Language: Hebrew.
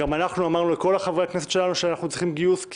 גם אמרנו לכל חברי הכנסת שלנו שאנחנו צריכים גיוס,